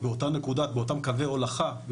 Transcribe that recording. באותם קווי הולכה,